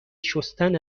شستن